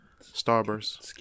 Starburst